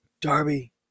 Darby